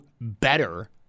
better